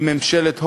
עם ממשלת הולנד,